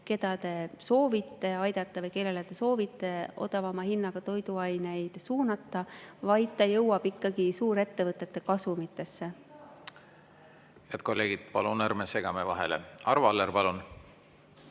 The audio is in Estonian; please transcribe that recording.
keda te soovite aidata või kellele te soovite odavama hinnaga toiduaineid suunata, vaid see jõuab ikkagi suurettevõtete kasumisse. (Hääl saalist.) Head kolleegid, palun ärme segame vahele! Arvo Aller, palun!